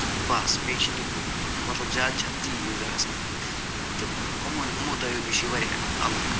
تہٕ بس بیٚیہِ چھِنہٕ یہِ مطلب زیادٕ چھِ اتھ تی یوٗزا گژھان تہٕ ہُمن ہُمو دۄیو نِش چھِ یہِ وارِیاہ الگ